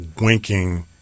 winking